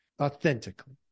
authentically